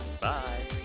Bye